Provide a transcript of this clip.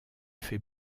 fait